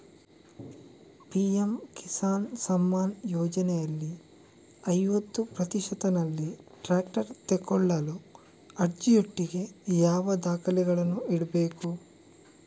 PM Kisan Samman ಯೋಜನೆಯಲ್ಲಿ ಐವತ್ತು ಪ್ರತಿಶತನಲ್ಲಿ ಟ್ರ್ಯಾಕ್ಟರ್ ತೆಕೊಳ್ಳಲು ಅರ್ಜಿಯೊಟ್ಟಿಗೆ ಯಾವ ದಾಖಲೆಗಳನ್ನು ಇಡ್ಬೇಕು?